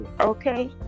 okay